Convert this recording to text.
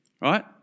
right